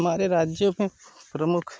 हमारे राज्यों में प्रमुख